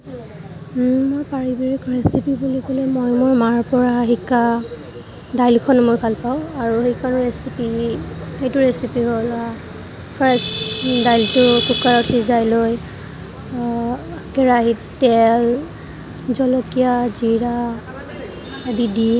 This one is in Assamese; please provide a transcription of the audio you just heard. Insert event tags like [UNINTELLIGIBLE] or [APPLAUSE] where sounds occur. [UNINTELLIGIBLE] পাৰিবাৰিক ৰেচিপি বুলি ক'লে মই মোৰ মাৰ পৰা শিকা দালিখন মই ভাল পাওঁ আৰু সেইখন ৰেচিপি সেইটো ৰেচিপি হ'ল ফ্ৰেছ দাইলটো কুকাৰত সিজাই লৈ কেৰাহীত তেল জলকীয়া জিৰা আদি দি